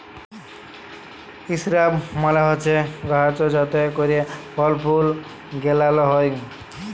ইসরাব মালে হছে গাহাচ যাতে ক্যইরে ফল ফুল গেলাল হ্যয়